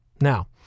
Now